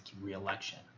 re-election